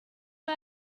why